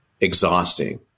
exhausting